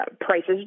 prices